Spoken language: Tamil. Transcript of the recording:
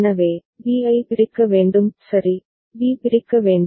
எனவே b ஐ பிரிக்க வேண்டும் சரி b பிரிக்க வேண்டும்